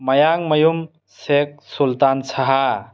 ꯃꯌꯥꯡꯃꯌꯨꯝ Sheikh Sultan Shah